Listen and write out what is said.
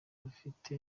afite